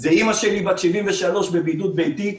זה אימא שלי בת 73 בבידוד ביתי,